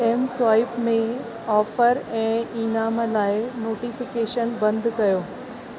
M swipe में offer ऐं इनामनि लाइ नोटिफिकेशन बंदि कयो